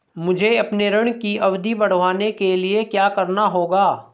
मुझे अपने ऋण की अवधि बढ़वाने के लिए क्या करना होगा?